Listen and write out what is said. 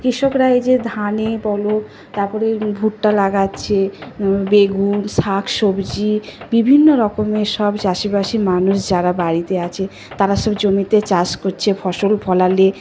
কৃষকরা এই যে ধানে বলো তারপরে ভুট্টা লাগাচ্ছে বেগুন শাক সবজি বিভিন্ন রকমের সব চাষিবাসী মানুষ যারা বাড়িতে আছে তারা সব জমিতে চাষ করছে ফসল ফলালে